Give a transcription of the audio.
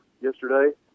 yesterday